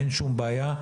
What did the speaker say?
אין שום בעיה.